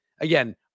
again